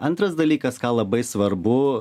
antras dalykas ką labai svarbu